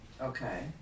Okay